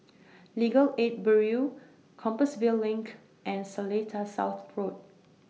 Legal Aid Bureau Compassvale LINK and Seletar South Road